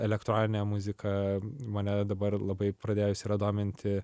elektroninė muzika mane dabar labai pradėjus yra dominti